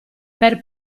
per